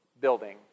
building